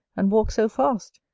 and walk so fast?